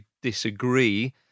Disagree